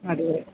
അതേ